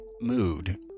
mood